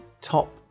top